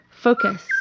focus